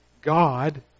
God